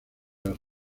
las